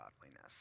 godliness